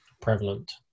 prevalent